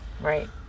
Right